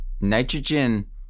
Nitrogen